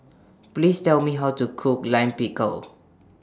Please Tell Me How to Cook Lime Pickle